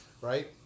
right